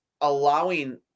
allowing